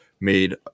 made